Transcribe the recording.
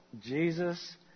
Jesus